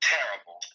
Terrible